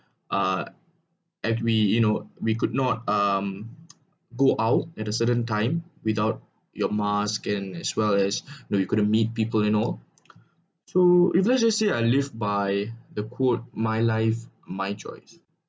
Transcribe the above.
uh at we you know we could not um go out at a certain time without your masking as well as no you couldn't meet people and all so if let's say I live by the quote my life my choice